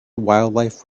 wildlife